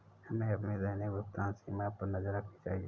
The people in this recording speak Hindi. हमें अपनी दैनिक भुगतान सीमा पर नज़र रखनी चाहिए